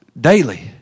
daily